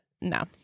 No